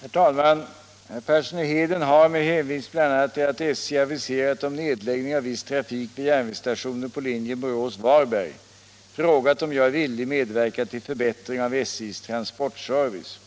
Herr talman! Herr Persson i Heden har — med hänvisning bl.a. till att SJ aviserat om nedläggning av viss trafik vid järnvägsstationer på linjen Borås-Varberg — frågat om jag är villig medverka till förbättring av SJ:s transportservice.